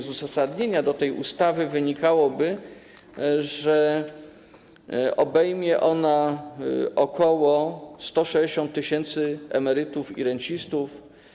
Z uzasadnienia do tej ustawy wynika, że obejmie ona ok. 160 tys. emerytów i rencistów.